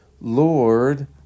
Lord